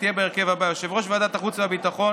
תהיה בהרכב הזה: יושב-ראש ועדת החוץ והביטחון